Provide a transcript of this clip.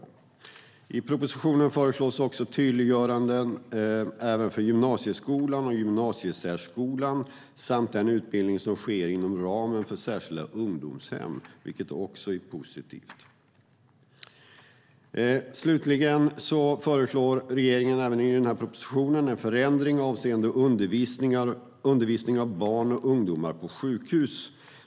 I propositionen föreslås också tydliggöranden för gymnasieskolan och gymnasiesärskolan samt för den utbildning som sker inom ramen för särskilda ungdomshem, vilket är positivt. Slutligen föreslår regeringen i propositionen en förändring avseende undervisning av barn och ungdomar på sjukhus.